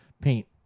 paint